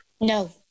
No